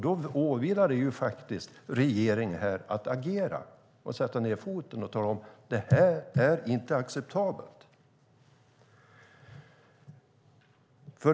Då åvilar det faktiskt regeringen att agera, att sätta ned foten och tala om att det här inte är acceptabelt.